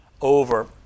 over